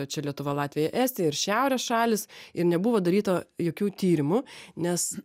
čia lietuva latvija estija ir šiaurės šalys ir nebuvo daryta jokių tyrimų nes